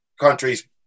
countries